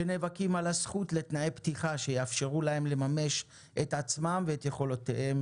שנאבקים על הזכות לתנאי פתיחה שיאפשרו להם לממש את עצמם ואת יכולותיהם,